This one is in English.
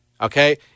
Okay